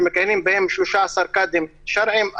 שמכהנים בהם 13 קאדים שרעיים.